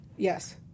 Yes